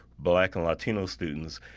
black and latino students,